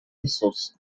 desuso